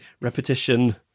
repetition